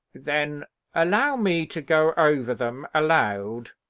then allow me to go over them aloud,